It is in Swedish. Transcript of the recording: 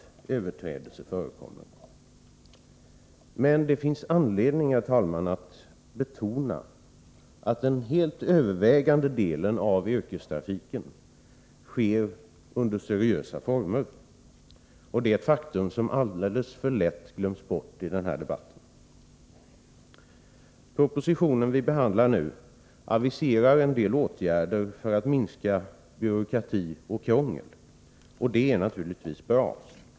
Men det finns anledning, herr talman, att betona att den helt övervägande delen av yrkestrafiken sker i seriösa former. Det är ett faktum som alldeles för lätt glöms bort i debatten. I den proposition som vi nu behandlar aviseras en hel del åtgärder för att minska byråkrati och krångel. Det är naturligtvis bra.